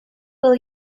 will